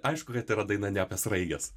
aišku kad yra daina ne apie sraiges